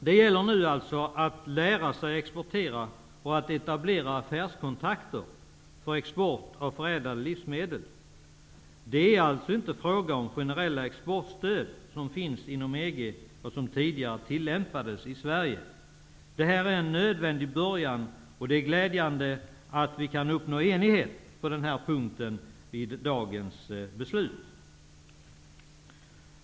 Det gäller nu att lära sig exportera och att etablera affärskontakter för export av förädlade livsmedel. Det är alltså inte fråga om generella exportstöd, som finns inom EG och som tidigare tillämpades i Sverige. Det här är en nödvändig början, och det är glädjande att vi kan uppnå enighet på den här punkten vid dagens beslut.